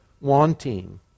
wanting